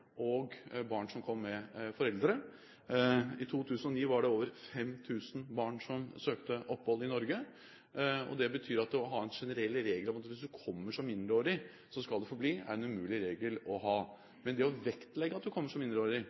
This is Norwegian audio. og barn som kom med foreldre. I 2009 var det over 5 000 barn som søkte opphold i Norge. Det betyr at å ha en generell regel om at hvis du kommer som mindreårig, skal du få bli, er en umulig regel å ha. Men det å vektlegge at du kommer som mindreårig,